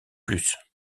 plus